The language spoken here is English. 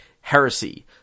heresy